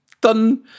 done